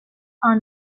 are